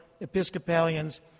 Episcopalians